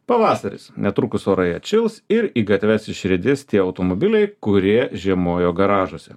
pavasaris netrukus orai atšils ir į gatves išriedės tie automobiliai kurie žiemojo garažuose